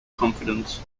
confidence